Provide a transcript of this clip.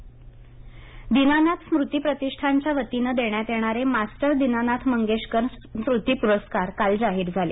पुरस्कार दीनानाथ स्मृती प्रतिष्ठानच्या वतीने देण्यात येणारे मास्टर दीनानाथ मंगेशकर स्मृती पुरस्कार काल जाहीर झाले